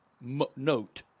note